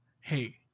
Hey